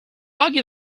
argue